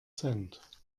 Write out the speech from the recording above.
cent